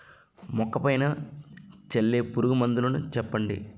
మొక్క పైన చల్లే పురుగు మందులు చెప్పండి?